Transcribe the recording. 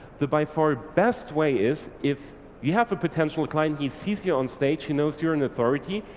the by far best way is if you have a potential client, he sees you on stage, he knows you're an authority,